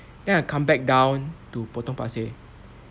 then I come back down to potong pasir